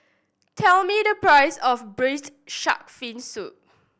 tell me the price of Braised Shark Fin Soup